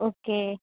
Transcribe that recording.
okay